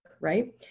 right